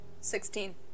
Sixteen